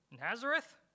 Nazareth